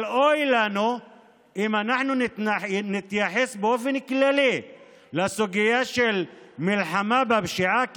אבל אוי לנו אם אנחנו נתייחס באופן כללי לסוגיה של מלחמה בפשיעה,